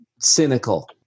cynical